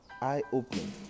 eye-opening